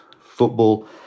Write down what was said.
football